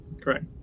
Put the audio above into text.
correct